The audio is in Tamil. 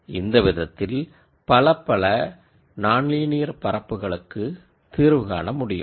இந்த விதத்தில் பலப்பல நான்லீனியர் பரப்புகளுக்கு தீர்வு காண முடியும்